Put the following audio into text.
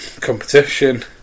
competition